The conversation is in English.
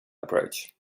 approach